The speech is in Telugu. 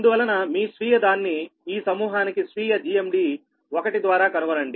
అందువలన మీ స్వంత ఆసక్తి తో ఈ సమూహానికి స్వీయ GMD 1 ద్వారా కనుగొనండి